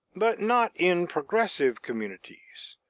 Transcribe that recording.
but not in progressive communities.